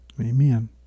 Amen